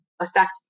affect